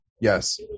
Yes